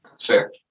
Fair